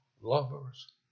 lovers